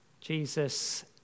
Jesus